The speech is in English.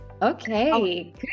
Okay